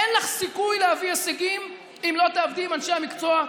אין לך סיכוי להביא הישגים אם לא תעבדי עם אנשי המקצוע,